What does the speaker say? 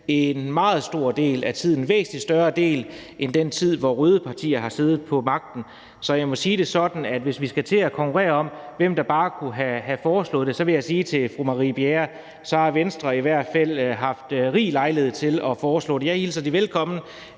en meget stor del af tiden, en væsentlig større del end den tid, hvor de røde partier har siddet på magten. Så jeg må sige det sådan, at hvis vi skal til at konkurrere om, hvem der bare kunne have foreslået det, vil jeg sige til fru Marie Bjerre, at så har Venstre i hvert fald haft rig lejlighed til at foreslå det. Jeg hilser det velkommen,